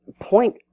point